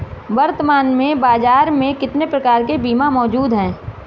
वर्तमान में बाज़ार में कितने प्रकार के बीमा मौजूद हैं?